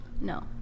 No